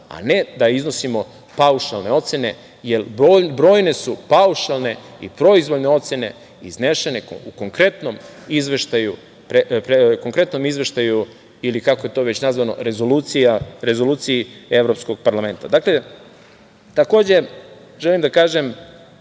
a ne da iznosimo paušalne ocene, jer brojne su paušalne i proizvoljne ocene iznesene u konkretnom Izveštaju ili kako je to već nazvano Rezoluciji Evropskog parlamenta. Dakle, takođe želim da kažem